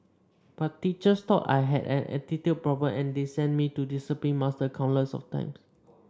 but teachers thought I had an attitude problem and they sent me to the discipline master countless times